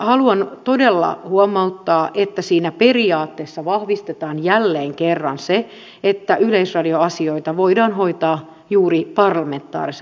haluan todella huomauttaa että siinä periaatteessa vahvistetaan jälleen kerran se että yleisradio asioita voidaan hoitaa juuri parlamentaariselta pohjalta